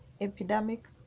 epidemic